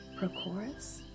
Prochorus